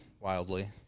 wildly